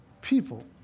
people